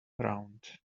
round